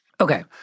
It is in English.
Okay